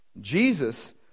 Jesus